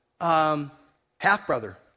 half-brother